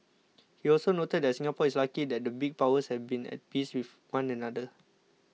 he also noted that Singapore is lucky that the big powers have been at peace with one another